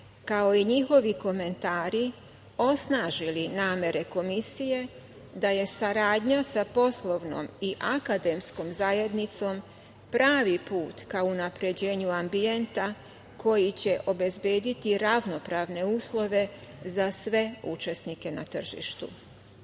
kao i njihovi komentari osnažili namere Komisije da je saradnja sa poslovnom i akademskom zajednicom pravi put ka unapređenju ambijenta koji će obezbediti ravnopravne uslove za sve učesnike na tržištu. Da